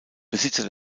besitzer